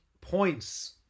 points